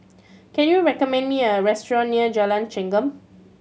can you recommend me a restaurant near Jalan Chengam